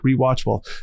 Rewatchable